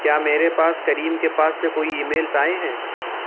کیا میرے پاس کریم کے پاس سے کوئی ای میلز آئے ہیں